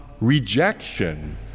rejection